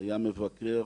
היה מבקר